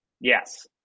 Yes